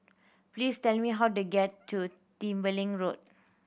please tell me how to get to Tembeling Road